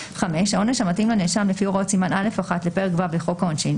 העונש המתאים לנאשם לפי הוראות סימן א׳1 לפרק ו׳ לחוק העונשין,